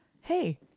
Hey